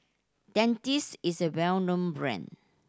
Dentiste is a well known brand